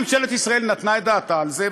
ממשלת ישראל נתנה את דעתה על זה,